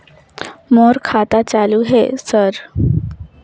मोर खाता चालु हे सर?